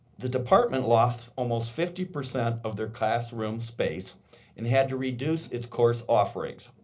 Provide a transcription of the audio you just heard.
the department lost almost fifty percent of their classroom space and had to reduce its course offerings.